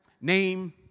name